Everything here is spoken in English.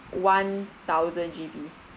one thousand G_B